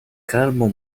calmo